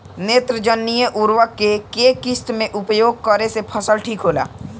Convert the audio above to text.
नेत्रजनीय उर्वरक के केय किस्त मे उपयोग करे से फसल ठीक होला?